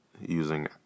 using